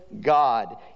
God